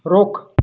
ਰੁੱਖ